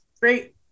Great